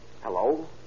Hello